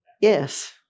Yes